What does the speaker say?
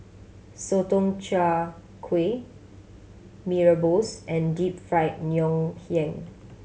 Sotong Char Kway Mee Rebus and Deep Fried Ngoh Hiang